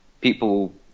people